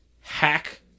hack